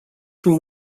from